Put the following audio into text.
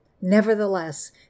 Nevertheless